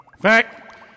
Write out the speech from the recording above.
Fact